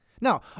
Now